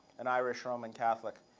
an irish roman catholic,